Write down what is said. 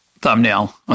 thumbnail